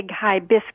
hibiscus